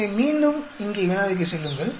எனவே மீண்டும் இங்கே வினாவுக்குச் செல்லுங்கள்